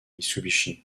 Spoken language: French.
mitsubishi